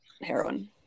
heroin